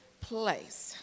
place